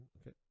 Okay